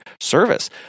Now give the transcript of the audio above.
service